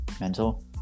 mental